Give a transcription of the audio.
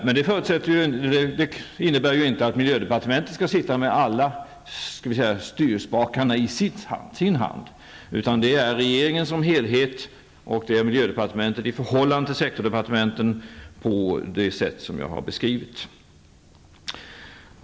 Men detta innebär inte att miljödepartementet skall sitta med alla styrspakarna i sin hand, utan det skall regeringen i sin helhet och miljödepartementet i förhållande till sektorsdepartementen ha, på det sätt som jag har beskrivit.